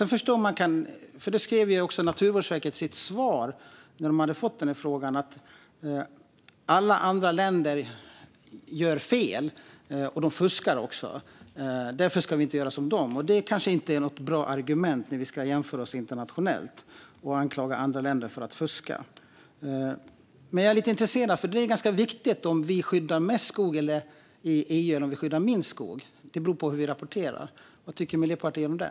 Naturvårdsverket skrev i sitt svar när det hade fått den här frågan att alla andra länder gör fel och fuskar och att vi därför inte ska göra som de. Det är kanske inte något bra argument när vi ska jämföra oss internationellt att anklaga andra länder för att fuska. Jag är lite intresserad av det här, för det är ganska viktigt om vi skyddar mest skog i EU eller om vi skyddar minst skog, och det beror på hur vi rapporterar. Vad tycker Miljöpartiet om det?